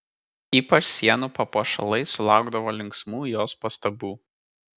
ypač sienų papuošalai sulaukdavo linksmų jos pastabų